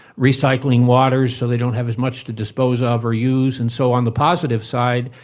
recycling water so they don't have as much to dispose of or use and so on. the positive side,